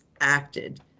acted